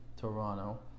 Toronto